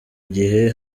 gihe